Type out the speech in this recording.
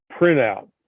printout